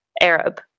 Arab